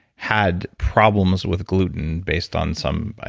had problems with gluten based on some,